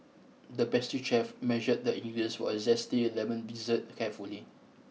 the pastry chef measured the ingredients for a zesty lemon dessert carefully